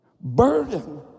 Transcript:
Burden